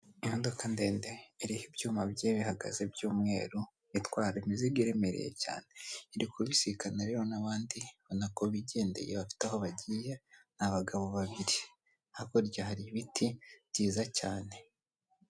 Imodoka ndende iriho ibyuma bigiye bihagaze by'umweru, itwara imizigo iremereye cyane, iri kubisikana rero n'abandi ubona ko bigendeye bafite aho bagiye n'abagabo babiri, hakurya hari ibiti byiza cyane.